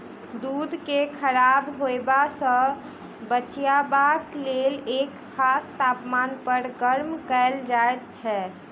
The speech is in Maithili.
दूध के खराब होयबा सॅ बचयबाक लेल एक खास तापमान पर गर्म कयल जाइत छै